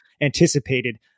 anticipated